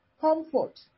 comfort